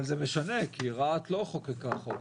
זה משנה כי רהט לא חוקקה חוק כזה.